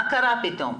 מה קרה פתאום?